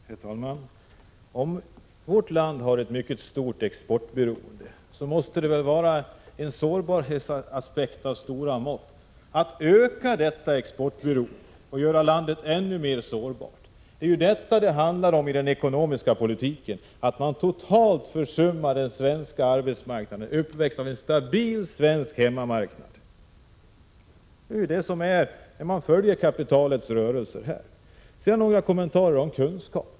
Herr talman! Om vårt land har ett mycket stort exportberoende, måste det väl vara en sårbarhetsaspekt av stora mått. Att öka detta exportberoende och göra landet ännu mer sårbart, det är vad det handlar om i den ekonomiska politiken. Man försummar totalt den svenska arbetsmarknaden och uppväxandet av en stabil svensk hemmamarknad. Det är så det blir när man följer kapitalets rörelser. Så några kommentarer om kunskap.